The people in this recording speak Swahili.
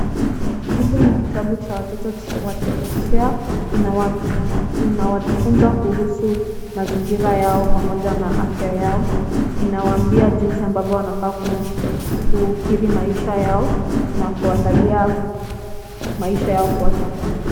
Hili ni kitabu cha watoto wa chekechea. Inawafunza kuhusu mazingira yao pamoja na afya yao. Inawaambia jinsi ambavyo wanafaa kukiri maisha yao na kuangalia maisha yao kwa sasa.